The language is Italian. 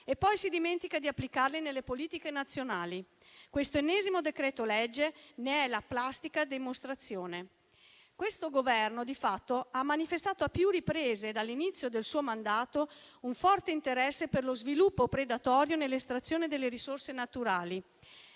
e poi si dimentica di applicarli nelle politiche nazionali. Questo ennesimo decreto-legge ne è la plastica dimostrazione. Questo Governo di fatto ha manifestato a più riprese dall'inizio del suo mandato un forte interesse per lo sviluppo predatorio nell'estrazione delle risorse naturali.